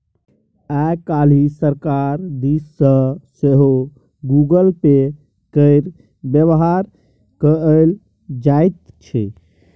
आय काल्हि सरकार दिस सँ सेहो गूगल पे केर बेबहार कएल जाइत छै